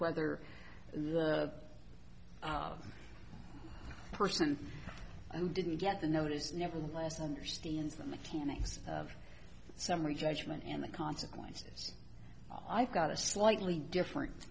whether the person who didn't get the notice nevertheless understands the mechanics of summary judgment and the consequences i've got a slightly different